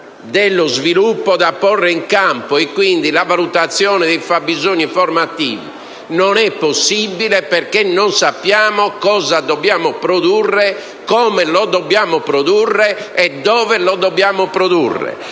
dello sviluppo da realizzare, quindi la valutazione dei fabbisogni formativi non è possibile perché non sappiamo cosa dobbiamo produrre, come e dove lo dobbiamo produrre.